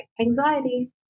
anxiety